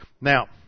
now